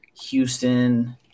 Houston